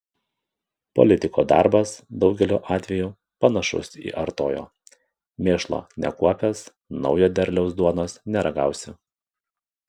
politiko darbas daugeliu atvejų panašus į artojo mėšlo nekuopęs naujo derliaus duonos neragausi